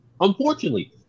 unfortunately